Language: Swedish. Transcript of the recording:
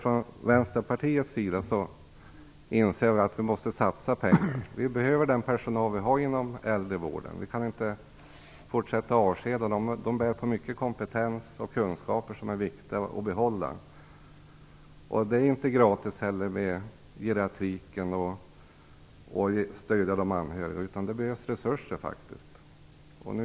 Vi i Vänsterpartiet inser att vi måste satsa pengar. Personalen inom äldrevården behövs. Man kan inte fortsätta avskeda dem. De bär på mycket kompetens och kunskaper som är viktiga att behålla. Det är heller inte gratis med geriatrik och stöd till anhöriga. Det behövs resurser nu.